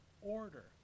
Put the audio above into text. order